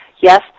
Yes